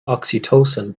oxytocin